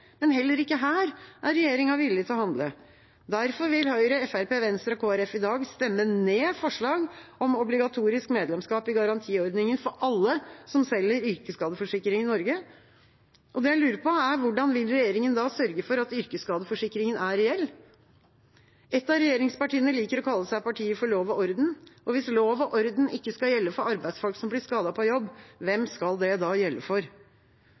Men heller ikke her er regjeringa villig til å handle. Derfor vil Høyre, Fremskrittspartiet, Venstre og Kristelig Folkeparti i dag stemme ned forslag om obligatorisk medlemskap i garantiordningen for alle som selger yrkesskadeforsikring i Norge. Det jeg lurer på, er: Hvordan vil regjeringa da sørge for at yrkesskadeforsikringen er reell? Ett av regjeringspartiene liker å kalle seg partiet for lov og orden. Hvis lov og orden ikke skal gjelde for arbeidsfolk som blir skadet på jobb, hvem skal det da gjelde for?